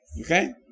Okay